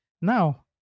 Now